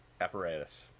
apparatus